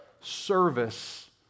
service